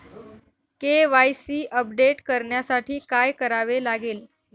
KYC update करण्यासाठी काय करावे लागेल?